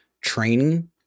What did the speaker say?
training